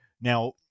Now